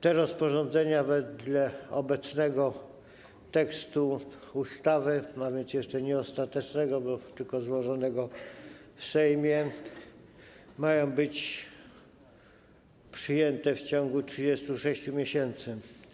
Te rozporządzenia wedle obecnego tekstu ustawy, nawet jeszcze nie ostatecznego, bo tylko złożonego w Sejmie, mają być przyjęte w ciągu 36 miesięcy.